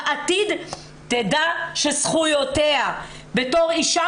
בעתיד תדע שזכויותיה עומדות לה כאישה